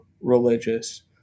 religious